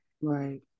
Right